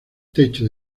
techo